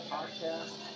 Podcast